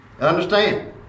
Understand